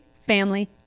family